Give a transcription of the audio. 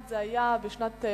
זה היה במיוחד בשנת 2005,